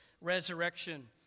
resurrection